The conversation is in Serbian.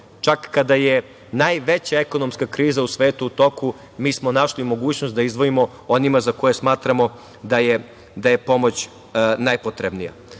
čak kada je najveća ekonomska kriza u svetu u toku, mi smo našli mogućnost da izdvojimo onima za koje smatramo da je pomoć najpotrebnija. Dakle,